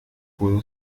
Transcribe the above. pudo